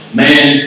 man